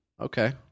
Okay